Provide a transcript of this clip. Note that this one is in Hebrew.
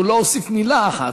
הוא לא הוסיף מילה אחת,